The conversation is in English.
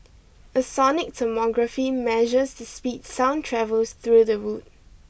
a sonic tomography measures speed sound travels through the wood